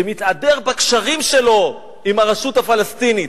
שמתהדר בקשרים שלו עם הרשות הפלסטינית,